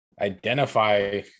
identify